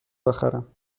بخرم